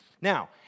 Now